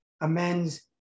amends